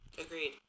Agreed